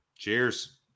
Cheers